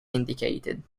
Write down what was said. indicated